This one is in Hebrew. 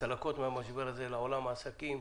הצלקות מהמשבר הזה לעולם העסקים,